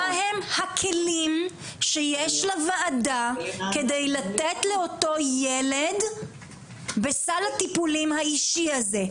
מה הם הכלים שיש לוועדה כדי לתת לאותו ילד בסל הטיפולים האישי הזה?